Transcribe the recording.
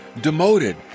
demoted